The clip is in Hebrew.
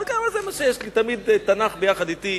זה מה שיש לי, תמיד תנ"ך יחד אתי,